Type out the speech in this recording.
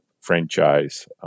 franchise